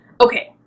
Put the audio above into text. Okay